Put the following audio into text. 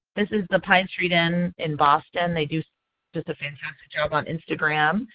this is the pine street inn in boston. they do just a fantastic job on instagram.